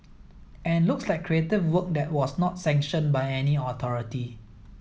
and looks like creative work that was not sanctioned by any authority